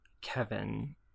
Kevin